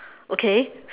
okay